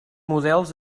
models